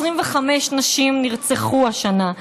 25 נשים נרצחו השנה.